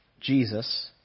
Jesus